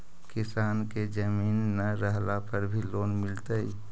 किसान के जमीन न रहला पर भी लोन मिलतइ?